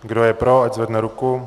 Kdo je pro, ať zvedne ruku.